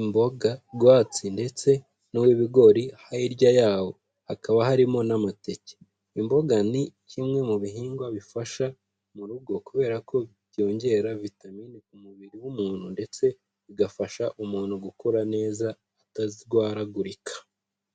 imboga rwatsi, ndetse n'uw'ibigori, hirya yawo hakaba harimo n'amateke. Imboga ni kimwe mu bihingwa bifasha mu rugo, kubera ko byongera vitaminini ku mubiri w'umuntu, ndetse bigafasha umuntu gukura neza, atarwaragurika.